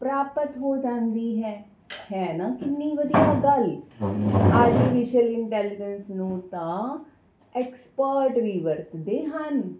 ਪ੍ਰਾਪਤ ਹੋ ਜਾਂਦੀ ਹੈ ਹੈ ਨਾ ਕਿੰਨੀ ਵਧੀਆ ਗੱਲ ਆਰਟੀਫਿਸ਼ਲ ਇੰਟੈਲੀਜੈਂਸ ਨੂੰ ਤਾਂ ਐਕਸਪਰਟ ਵੀ ਵਰਤਦੇ ਹਨ